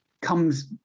comes